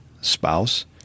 spouse